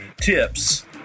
tips